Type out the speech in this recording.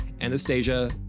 Anastasia